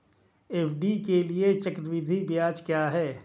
FD के लिए चक्रवृद्धि ब्याज क्या है?